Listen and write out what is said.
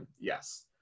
yes